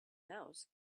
mouse